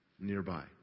nearby